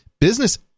business